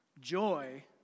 Joy